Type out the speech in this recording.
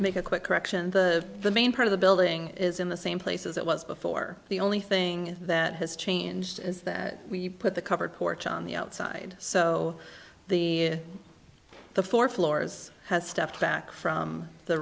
make a quick correction the the main part of the building is in the same place as it was before the only thing that has changed is that we put the covered porch on the outside so the the four floors has stepped back from the